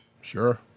Sure